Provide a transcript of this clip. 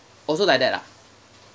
also like that ah